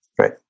Right